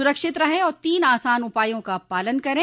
सुरक्षित रहें और तीन आसान उपायों का पालन करें